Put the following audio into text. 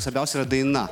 svarbiausia yra daina